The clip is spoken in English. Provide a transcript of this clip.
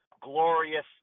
glorious